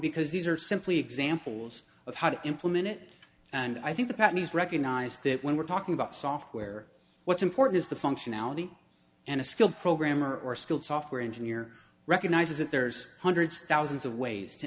because these are simply examples of how to implement it and i think the pattern is recognised that when we're talking about software what's important is the functionality and a skilled programmer or skilled software engineer recognizes that there's hundreds thousands of ways to